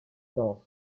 danse